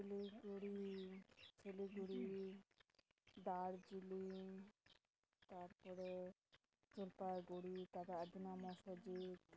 ᱥᱤᱞᱤᱜᱩᱲᱤ ᱥᱤᱞᱤᱜᱩᱲᱤ ᱫᱟᱨᱡᱤᱞᱤᱝ ᱛᱟᱯᱚᱨᱮ ᱡᱚᱞᱯᱟᱭᱜᱩᱲᱤ ᱛᱟᱨᱯᱚᱨᱮ ᱟᱫᱤᱱᱟ ᱢᱚᱥᱚᱡᱤᱫ